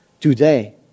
today